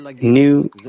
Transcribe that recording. new